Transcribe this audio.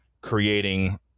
creating